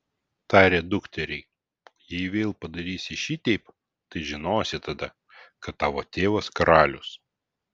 tarė dukteriai jei vėl padarysi šiteip tai žinosi tada kad tavo tėvas karalius